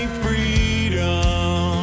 freedom